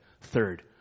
third